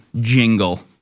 jingle